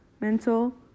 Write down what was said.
mental